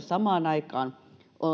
samaan aikaan